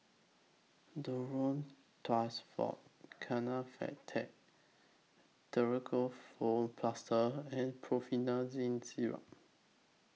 Duro Tuss Forte Kefentech Ketoprofen Plaster and Promethazine Syrup